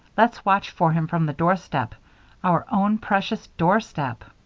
let's watch for him from the doorstep our own precious doorstep.